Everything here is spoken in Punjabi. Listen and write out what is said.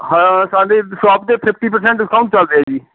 ਹਾਂ ਸਾਡੀ ਸ਼ੋਪ 'ਤੇ ਫਿਫਟੀ ਪਰਸੈਂਟ ਡਿਸਕਾਉਂਟ ਚੱਲ ਰਿਹਾ ਜੀ